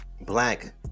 black